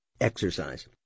Exercise